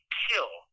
kill